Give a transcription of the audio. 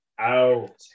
out